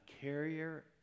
carrier